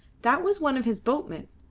that was one of his boatmen.